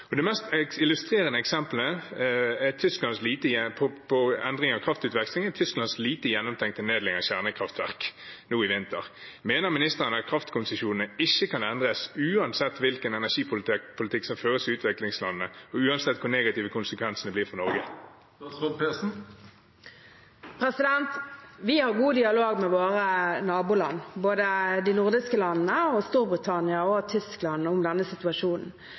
på endring av kraftutveksling er Tysklands lite gjennomtenkte nedlegging av kjernekraftverk nå i vinter. Mener ministeren at kraftkonsesjonene ikke kan endres uansett hvilken energipolitikk som føres i utvekslingslandene, og uansett hvor negative konsekvensene blir for Norge? Vi har god dialog med våre naboland – både de nordiske landene, Storbritannia og Tyskland – om denne situasjonen.